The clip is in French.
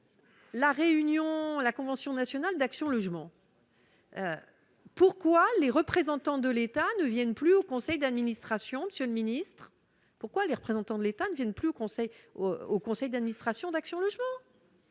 la réunion, la convention nationale d'Action Logement. Pourquoi les représentants de l'État ne viennent plus au conseil d'administration, Monsieur le Ministre, pourquoi les représentants de l'État ne viennent plus au conseil au conseil d'administration d'Action Logement.